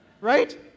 Right